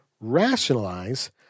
rationalize